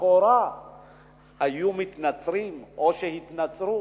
לכאורה היו מתנצרים או שהתנצרו?